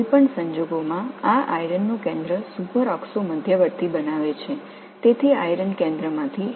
எப்படியிருந்தாலும் இந்த இரும்பு மையம் சூப்பர்ஆக்ஸோ இடைநிலையை உருவாக்குகிறது